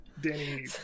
Danny